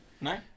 No